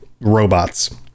robots